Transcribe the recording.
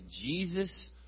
Jesus